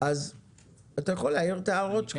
אז אתה יכול להעיר את ההערות שלך.